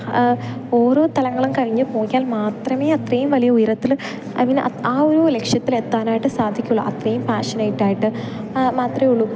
ഓരോ തലങ്ങളും കഴിഞ്ഞു പോയാൽ മാത്രമേ അത്രയും വലിയ ഉയരത്തിൽ ഐ മീൻ ആ ഒരു ലക്ഷ്യത്തിലെത്താനായിട്ട് സാധിക്കുകയുള്ളൂ അത്രയും പാഷനേറ്റായിട്ട് മാത്രമേ ഉള്ളു